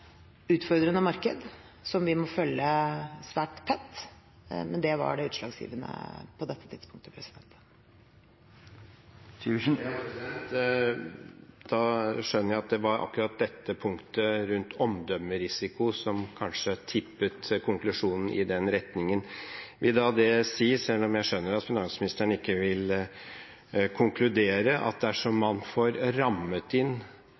utfordrende marked, som vi må følge svært tett, men det var det utslagsgivende på dette tidspunktet. Da skjønner jeg at det var akkurat dette punktet, omdømmerisiko, som kanskje tippet konklusjonen i den retningen. Vil det da si – selv om jeg skjønner at finansministeren ikke vil konkludere – at dersom man får rammet inn